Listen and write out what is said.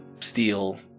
steal